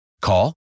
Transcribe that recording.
Call